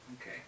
Okay